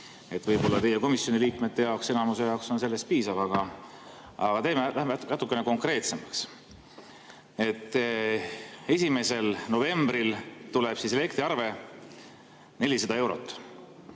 Võib-olla teie komisjoni liikmete jaoks, enamuse jaoks sellest piisab, aga lähme natukene konkreetsemaks.1. novembril tuleb elektriarve 400 eurot.